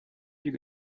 you